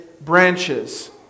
branches